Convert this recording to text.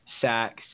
sacks